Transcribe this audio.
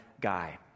guy